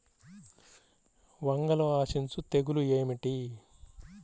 వంగలో ఆశించు తెగులు ఏమిటి?